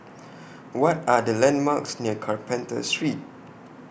What Are The landmarks near Carpenter Street